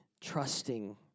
trusting